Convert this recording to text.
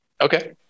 Okay